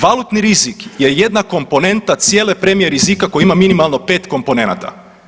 Valutni rizik je jedna komponenta cijele premije rizika koja ima minimalno 5 komponenata.